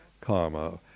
karma